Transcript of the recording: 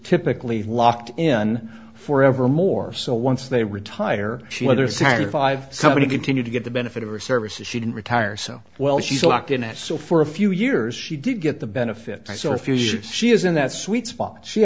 typically locked in for ever more so once they retire she whether serious five somebody continue to get the benefit of her services she didn't retire so well she's locked into it so for a few years she did get the benefit so if you should she isn't that sweet spot she